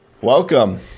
Welcome